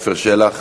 עפר שלח,